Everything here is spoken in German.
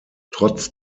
trotz